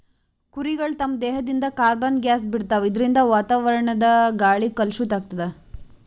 ಕುರಿಗಳ್ ತಮ್ಮ್ ದೇಹದಿಂದ್ ಕಾರ್ಬನ್ ಗ್ಯಾಸ್ ಬಿಡ್ತಾವ್ ಇದರಿಂದ ವಾತಾವರಣದ್ ಗಾಳಿ ಕಲುಷಿತ್ ಆಗ್ತದ್